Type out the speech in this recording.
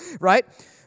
Right